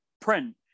print